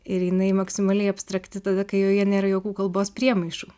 ir jinai maksimaliai abstrakti tada kai joje nėra jokių kalbos priemaišų